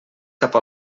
cap